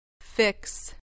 fix